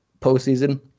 postseason